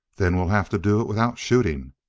then we'll have to do it without shooting.